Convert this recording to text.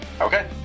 Okay